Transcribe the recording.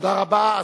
תודה רבה.